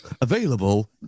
Available